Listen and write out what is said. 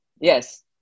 Yes